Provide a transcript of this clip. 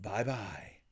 Bye-bye